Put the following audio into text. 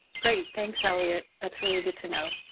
great, thanks elliott. that's really good to know.